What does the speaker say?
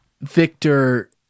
Victor